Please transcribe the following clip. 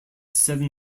seven